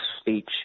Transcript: speech